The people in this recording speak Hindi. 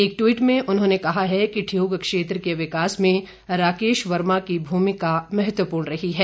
एक ट्विट में उन्होंने कहा है कि ठियोग क्षेत्र के विकास में राकेश वर्मा की महत्वपूर्ण भूमिका रही है